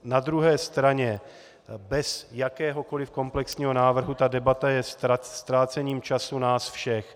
Na druhé straně bez jakéhokoliv komplexního návrhu ta debata je ztrácením času nás všech.